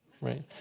right